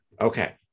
Okay